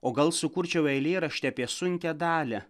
o gal sukurčiau eilėraštį apie sunkią dalią